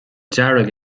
dearg